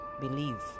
believe